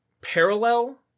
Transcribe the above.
parallel